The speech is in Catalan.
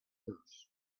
dos